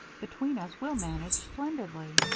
between us we'll manage splendidly.